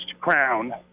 Crown